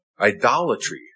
idolatry